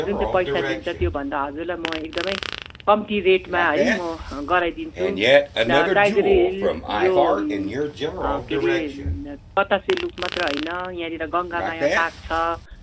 जुन चाहिँ पैसा लिन्छ त्यो भन्दा हजुरलाई म एकदमै कम्ती रेटमा है म गराइदिन्छु टाइगर हिल यो के हरे बतासे लुप मात्रै होइन यहाँनेर गङ्गा माया पार्क छ